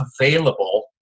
available